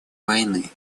войны